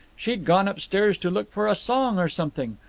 she'd gone upstairs to look for a song or something.